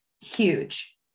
huge